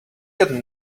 got